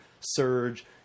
surge